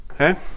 Okay